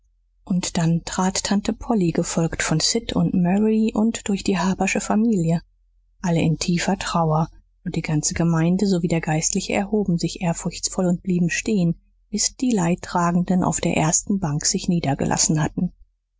und dann trat tante polly gefolgt von sid und mary und durch die harpersche familie alle in tiefer trauer und die ganze gemeinde sowie der geistliche erhoben sich ehrfurchtsvoll und blieben stehen bis die leidtragenden auf der ersten bank sich niedergelassen hatten